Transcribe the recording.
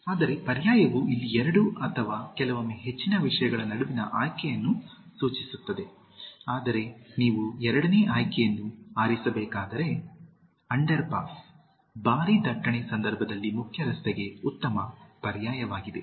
ಆದರೆ ಪರ್ಯಾಯವು ಇಲ್ಲಿ ಎರಡು ಅಥವಾ ಕೆಲವೊಮ್ಮೆ ಹೆಚ್ಚಿನ ವಿಷಯಗಳ ನಡುವಿನ ಆಯ್ಕೆಯನ್ನು ಸೂಚಿಸುತ್ತದೆ ಆದರೆ ನೀವು ಎರಡನೇ ಆಯ್ಕೆಯನ್ನು ಆರಿಸಬೇಕಾದರೆ ಅಂಡರ್ಪಾಸ್ ಭಾರಿ ದಟ್ಟಣೆಯ ಸಂದರ್ಭದಲ್ಲಿ ಮುಖ್ಯ ರಸ್ತೆಗೆ ಉತ್ತಮ ಪರ್ಯಾಯವಾಗಿದೆ